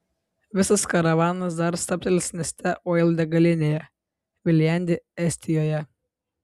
visas karavanas dar stabtelės neste oil degalinėje viljandi estijoje